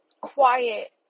quiet